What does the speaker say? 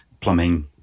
plumbing